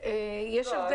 יש הבדל